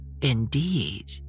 Indeed